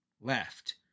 left